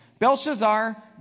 Belshazzar